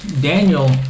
Daniel